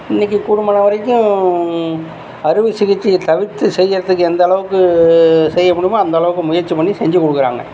இன்னைக்கு கூடுமானவரைக்கும் அறுவை சிகிச்சையை தவிர்த்து செய்யறதுக்கு எந்த அளவுக்கு செய்ய முடியுமோ அந்த அளவுக்கு முயற்சி பண்ணி செஞ்சு கொடுக்குறாங்க